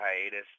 hiatus